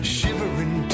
Shivering